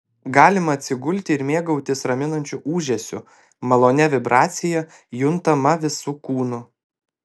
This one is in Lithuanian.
galima atsigulti ir mėgautis raminančiu ūžesiu malonia vibracija juntama visu kūnu